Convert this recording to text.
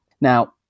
Now